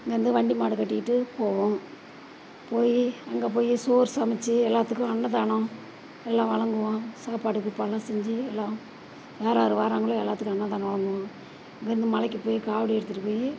அங்கேருந்து வண்டிமாடு கட்டிட்டு போவோம் போய் அங்கே போய் சோறு சமத்து எல்லாத்துக்கும் அன்னதானம் எல்லாம் வழங்குவோம் சாப்பாடு கூப்பாடுல்லாம் செஞ்சு எல்லாரும் யாரார் வாரங்களோ எல்லாத்துக்கும் அன்னதானம் வழங்குவோம் அங்கேருந்து மலைக்கு போய் காவடி எடுத்துட்டு போய்